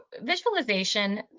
visualization